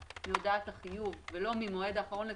מהודעת החיוב ולא מן המועד האחרון לתשלום,